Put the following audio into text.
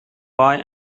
boy